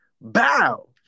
Bow